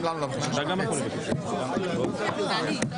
16:28.)